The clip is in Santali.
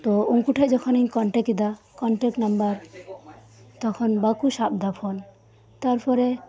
ᱛᱚ ᱩᱱᱠᱩᱴᱷᱮᱡ ᱡᱚᱠᱷᱚᱱᱤᱧ ᱠᱚᱱᱴᱮᱠ ᱠᱮᱫᱟ ᱠᱚᱱᱴᱮᱠ ᱛᱚᱠᱷᱚᱱ ᱵᱟᱠᱩ ᱥᱟᱵ ᱞᱮᱫᱟ ᱯᱷᱚᱱ ᱛᱟᱨᱯᱚᱨᱮ